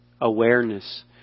Awareness